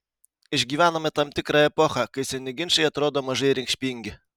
išgyvenome tam tikrą epochą kai seni ginčai atrodo mažai reikšmingi